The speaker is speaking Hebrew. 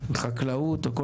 שיהיה פה.